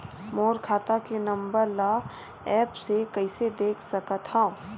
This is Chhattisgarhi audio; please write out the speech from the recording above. मोर खाता के नंबर ल एप्प से कइसे देख सकत हव?